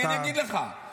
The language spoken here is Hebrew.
תן לי להגיד לך.